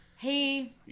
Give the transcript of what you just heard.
hey